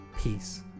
peace